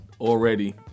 already